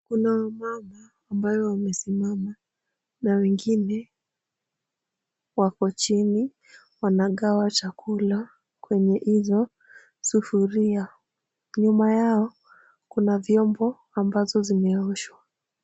Kuna wamama ambayo wamesimama na wengine wako chini. Wanagawa chakula kwenye hizo sufuria. Nyuma yao kuna vyombo ambazo zimeoshwa.